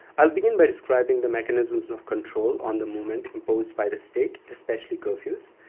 i'll begin by describing the mechanisms of control on the movement imposed by the state, especially curfews,